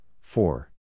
Four